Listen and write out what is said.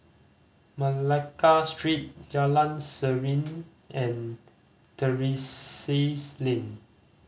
Malacca Street Jalan Serene and Terrasse Lane